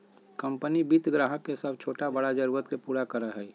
company वित्त ग्राहक के सब छोटा बड़ा जरुरत के पूरा करय हइ